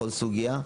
בכל סוגיה,